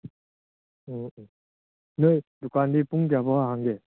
ꯑꯣ ꯑꯣ ꯅꯈꯣꯏ ꯗꯨꯀꯥꯟꯗꯤ ꯄꯨꯡ ꯀꯌꯥ ꯐꯥꯎ ꯍꯥꯡꯒꯦ